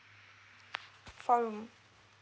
four room